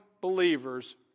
believers